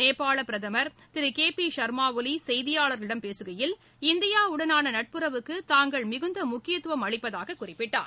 நேபாள பிரதமர் திரு கே பி ஷர்மா ஒலி செய்தியாளர்களிடம் பேசுகையில் இந்தியாவுடனான நட்புறவுக்கு தாங்கள் மிகுந்த முக்கியத்துவம் அளிப்பதாகக் குறிப்பிட்டார்